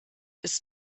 ist